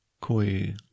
kui